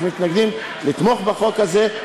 שמתנגדים לחוק הזה,